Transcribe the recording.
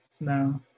No